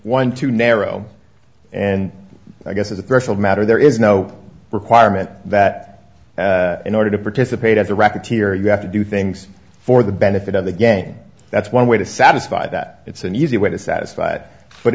one too narrow and i guess as a personal matter there is no requirement that in order to participate as a racketeer you have to do things for the benefit of the game that's one way to satisfy that it's an easy way dissatisfied but